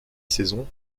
saison